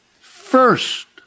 first